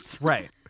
Right